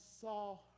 saw